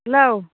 hello